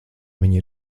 viņa